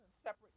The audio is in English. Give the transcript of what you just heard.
separate